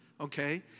okay